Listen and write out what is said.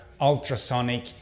ultrasonic